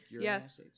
yes